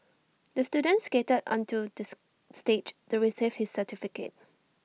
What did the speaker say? the student skated onto this stage to receive his certificate